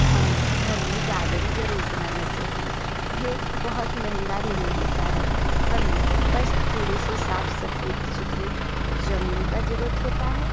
हमें घर में गार्डन जरूर बनाना चाहिए ये बहुत महंगा नहीं होता है हमें बस थोड़े से साफ़ सुथरे जमीन का जरूरत होता है